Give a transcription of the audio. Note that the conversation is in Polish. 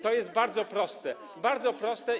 To jest bardzo proste - bardzo proste.